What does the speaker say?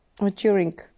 maturing